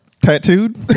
Tattooed